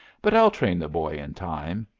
but i'll train the boy in time.